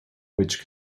which